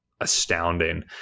astounding